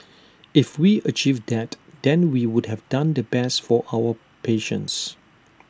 if we achieve that then we would have done the best for our patients